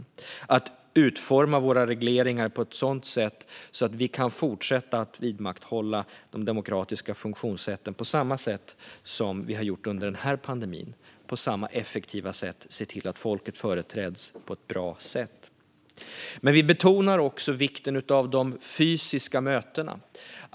Vi ska utforma våra regleringar på ett sådant sätt att vi kan fortsätta att vidmakthålla de demokratiska funktionssätten, som vi har gjort under den här perioden, och på samma effektiva sätt se till att folket företräds på ett bra sätt. Vi betonar också vikten av de fysiska mötena.